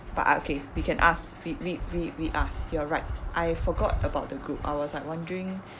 but ah okay we can ask we we we ask you are right I forgot about the group I was like wondering